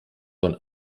von